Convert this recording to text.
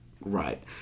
Right